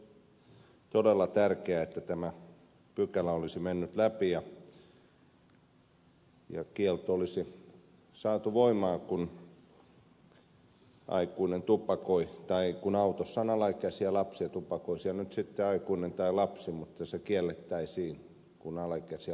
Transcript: olisi ollut todella tärkeää että tämä pykälä olisi mennyt läpi ja kielto olisi saatu voimaan kun aikuinen tupakoi tai kun autossa on alaikäisiä lapsia tupakoi siellä nyt sitten aikuinen tai lapsi